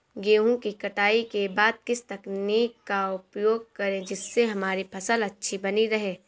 गेहूँ की कटाई के बाद किस तकनीक का उपयोग करें जिससे हमारी फसल अच्छी बनी रहे?